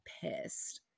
pissed